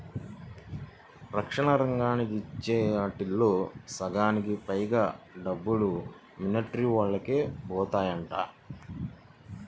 రక్షణ రంగానికి ఇచ్చే ఆటిల్లో సగానికి పైగా డబ్బులు మిలిటరీవోల్లకే బోతాయంట